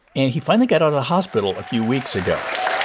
and he finally got out of the hospital a few weeks ago